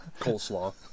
Coleslaw